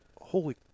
holy